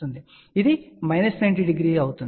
కాబట్టి ఇది minus 90 degree అవుతుంది